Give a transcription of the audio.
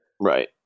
Right